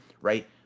right